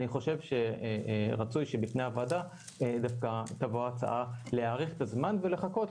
אני חושב שרצוי שבפני הוועדה תבוא הצעה להאריך את הזמן ולחכות,